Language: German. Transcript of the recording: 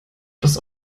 das